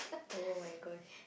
!oh-my-gosh!